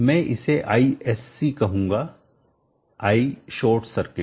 मैं इसे Isc कहता हूं आई शॉर्ट सर्किट